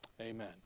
Amen